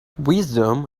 wisdom